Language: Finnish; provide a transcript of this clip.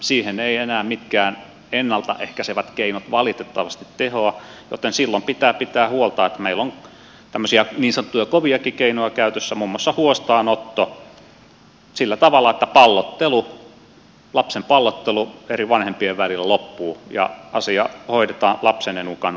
siihen eivät enää mitkään ennalta ehkäisevät keinot valitettavasti tehoa joten silloin pitää pitää huolta että meillä on tämmöisiä niin sanottuja koviakin keinoja käytössä muun muassa huostaanotto sillä tavalla että lapsen pallottelu eri vanhempien välillä loppuu ja asia hoidetaan lapsen edun kannalta hyvin